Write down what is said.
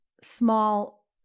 small